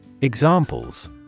Examples